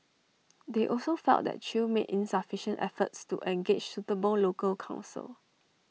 they also felt that chew made insufficient efforts to engage suitable local counsel